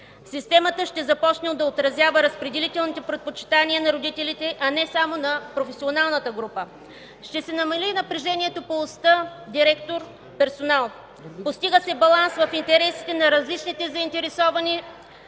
Системата ще започне да отразява разпределителните предпочитания на родителите, а не само на професионалната група. Ще се намали напрежението по оста „директор – персонал”. Постига се баланс в интересите на различните заинтересовани